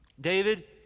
David